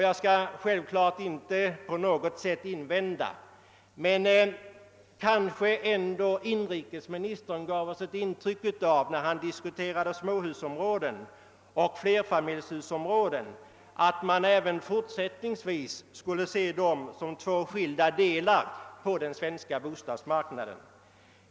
Jag skall självfallet inte på något sätt invända mot hans framställning, men jag vill säga att inrikesministern kanske ändå när han diskuterade småhusoch flerfamiljshusområdena gav oss ett intryck av att man även fortsättningsvis måste betrakta dessa olika boendeformer som två skilda delar av den svenska bostadsmarknaden.